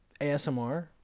ASMR